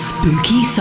Spooky